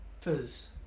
Fizz